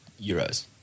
euros